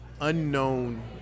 unknown